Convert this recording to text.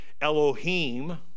elohim